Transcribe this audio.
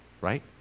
right